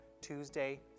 Tuesday